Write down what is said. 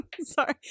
Sorry